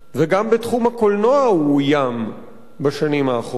וגם בתחום הקולנוע הוא אוים בשנים האחרונות.